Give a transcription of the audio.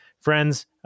Friends